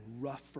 rougher